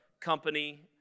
company